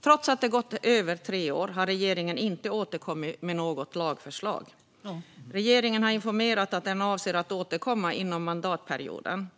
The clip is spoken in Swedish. Trots att det har gått över tre år har regeringen inte återkommit med något lagförslag, men man har informerat om att man avser att återkomma under mandatperioden.